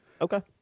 Okay